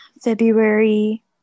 February